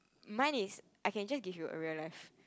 mine is I can just give you a real life